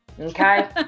Okay